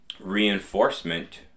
reinforcement